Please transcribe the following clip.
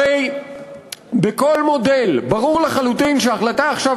הרי בכל מודל ברור לחלוטין שההחלטה עכשיו